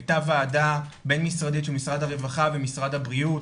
הייתה וועדה בין משרדית של משרד הרווחה ומשרד הבריאות,